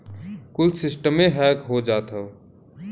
कुल सिस्टमे हैक हो जात हौ